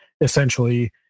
essentially